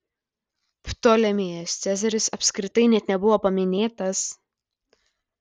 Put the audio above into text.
ptolemėjas cezaris apskritai net nebuvo paminėtas